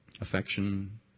Affection